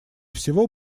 всего